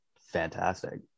fantastic